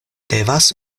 devas